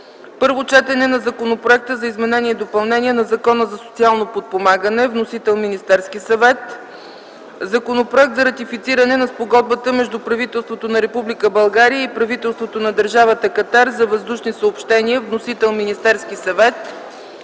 Първо четене на Законопроекта за изменение и допълнение на Закона за социално подпомагане. Вносител е Министерският съвет. 8. Законопроект за ратифициране на Спогодбата между правителството на Република България и правителството на държавата Катар за въздушни съобщения. Вносител е Министерският съвет.